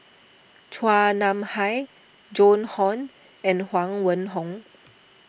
Chua Nam Hai Joan Hon and Huang Wenhong